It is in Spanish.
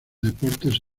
deportes